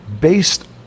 based